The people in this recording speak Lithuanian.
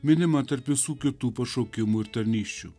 minima tarp visų kitų pašaukimų ir tarnysčių